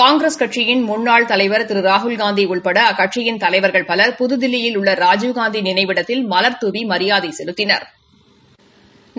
காங்கிரஸ் கட்சியின் முன்னாள் தலைவர் திரு ராகுல்காந்தி உட்பட அக்கட்சியின் தலைவர்கள் பலர் புதுதில்லியில் உள்ள ராஜீவ்காந்தி நினைவிடத்தில் மலாதூவி மரியாதை செலுத்தினாா்